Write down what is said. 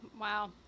Wow